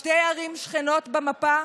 שתי ערים שכנות במפה,